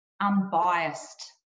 unbiased